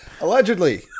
allegedly